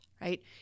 right